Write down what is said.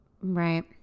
Right